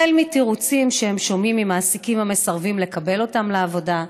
החל בתירוצים שהם שומעים ממעסיקים המסרבים לקבל אותם לעבודה,